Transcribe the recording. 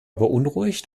beunruhigt